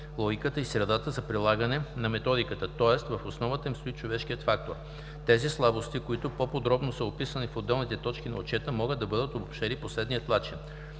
(логиката, средата) за прилагане на методиката, тоест в основата им стои човешкият фактор. Тези слабости, които по-подробно са описани в отделните точки на отчета, могат да бъдат обобщени по следния начин: